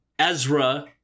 Ezra